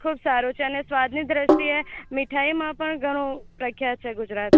ખૂબ સારું છે અને સ્વાદની દૃષ્ટિએ મીઠાઇમાં પણ ઘણું પ્રખ્યાત છે ગુજરાત